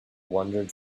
wandered